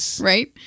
Right